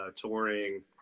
touring